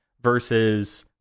versus